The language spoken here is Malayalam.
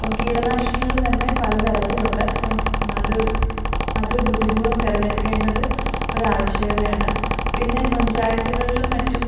അപ്പോള് കീടനാശിനികള് തന്നെ പല തരത്തിലുണ്ട് അപ്പോള് അത് അത് ബുദ്ധിപൂർവ്വം തെരഞ്ഞെടുക്കേണ്ടത് ഒരാവശ്യകതയാണ് പിന്നെ പഞ്ചായത്തുകളിലും മറ്റും